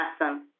Awesome